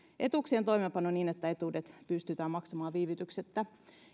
etuuksien toimeenpano niin että etuudet pystytään maksamaan viivytyksettä